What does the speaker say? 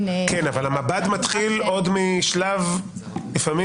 אבל המב"ד מתחיל עוד משלב החקירה.